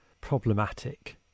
problematic